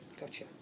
Gotcha